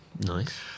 Nice